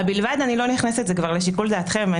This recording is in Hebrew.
ל"בלבד" אני לא נכנסת, זה כבר לשיקול דעתכם.